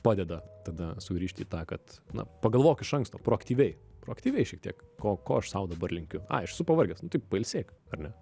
padeda tada sugrįžti į tą kad na pagalvok iš anksto proaktyviai proaktyviai šiek tiek ko ko aš sau dabar linkiu ai aš esu pavargęs nu tai pailsėk ar ne